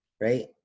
right